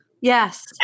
yes